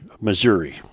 Missouri